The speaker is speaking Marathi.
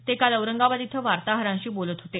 ते काल औरंगाबाद इथं वार्ताहरांशी बोलत होते